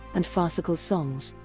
and farcical songs.